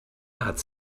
hat